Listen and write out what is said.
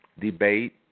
debate